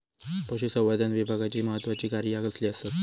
पशुसंवर्धन विभागाची महत्त्वाची कार्या कसली आसत?